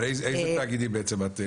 איזה תאגידים בעצם,